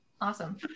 Awesome